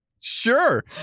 sure